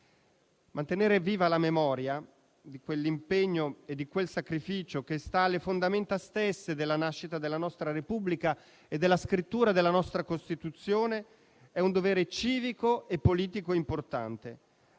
Mantenere viva la memoria di quell'impegno e di quel sacrificio che sta alle fondamenta stesse della nascita della nostra Repubblica e della scrittura della nostra Costituzione è un dovere civico e politico importante.